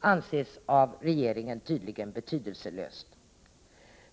anses av regeringen tydligen betydelselöst.